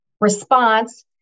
response